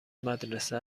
مدرسه